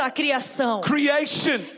creation